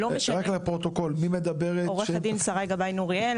עו"ד שרי גבאי-נוריאלי,